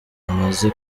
amaze